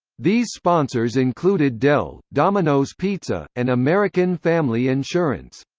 these sponsors included dell, domino's pizza, and american family insurance.